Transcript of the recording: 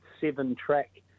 seven-track